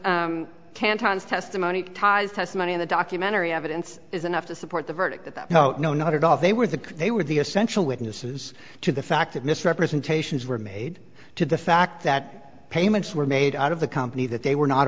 can times testimony ties testimony in the documentary evidence is enough to support the verdict that no not at all they were the they were the essential witnesses to the fact that misrepresentations were made to the fact that payments were made out of the company that they were not